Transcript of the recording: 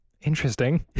interesting